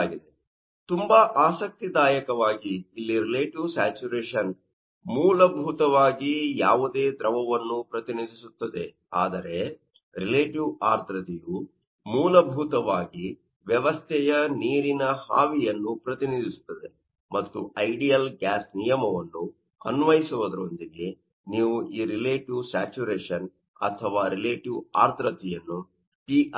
ಆದ್ದರಿಂದ ತುಂಬಾ ಆಸಕ್ತಿದಾಯಕವಾಗಿ ಇಲ್ಲಿ ರಿಲೇಟಿವ್ ಸ್ಯಾಚುರೇಶನ್ ಮೂಲಭೂತವಾಗಿ ಯಾವುದೇ ದ್ರವವನ್ನು ಪ್ರತಿನಿಧಿಸುತ್ತದೆ ಆದರೆ ರಿಲೇಟಿವ್ ಆರ್ದ್ರತೆಯು ಮೂಲಭೂತವಾಗಿ ವ್ಯವಸ್ಥೆಯ ನೀರಿನ ಆವಿಯನ್ನು ಪ್ರತಿನಿಧಿಸುತ್ತದೆ ಮತ್ತು ಐಡಿಯಲ್ ಗ್ಯಾಸ್ ನಿಯಮವನ್ನು ಅನ್ವಯಿಸುವುದರೊಂದಿಗೆ ನೀವು ಈ ರಿಲೇಟಿವ್ ಸ್ಯಾಚುರೇಶನ್ ಅಥವಾ ರಿಲೇಟಿವ್ ಆರ್ದ್ರತೆಯನ್ನು PiP